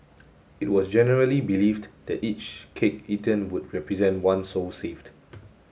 it was generally believed that each cake eaten would represent one soul saved